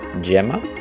Gemma